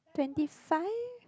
twenty five